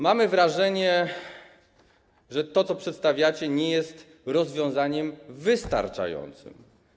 Mamy wrażenie, że to, co przedstawiacie, nie jest rozwiązaniem wystarczającym.